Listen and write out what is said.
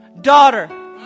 daughter